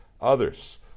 others